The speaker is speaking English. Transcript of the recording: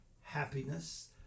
happiness